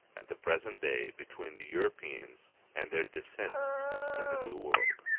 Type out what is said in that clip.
at the present day, between the europeans and their descendants in the new world,